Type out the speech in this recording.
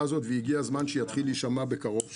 הזאת והגיע הזמן שיתחיל להישמע בקרוב שוב.